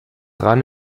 dran